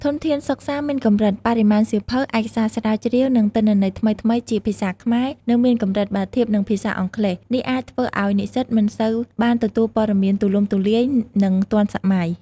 ធនធានសិក្សាមានកម្រិត បរិមាណសៀវភៅ ឯកសារស្រាវជ្រាវ និងទិន្នន័យថ្មីៗជាភាសាខ្មែរនៅមានកម្រិតបើធៀបនឹងភាសាអង់គ្លេស។ នេះអាចធ្វើឱ្យនិស្សិតមិនសូវបានទទួលព័ត៌មានទូលំទូលាយ និងទាន់សម័យ។